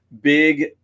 big